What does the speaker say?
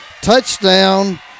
touchdown